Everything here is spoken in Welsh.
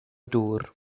dŵr